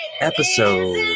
episode